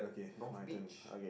north beach